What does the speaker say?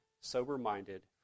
sober-minded